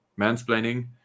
Mansplaining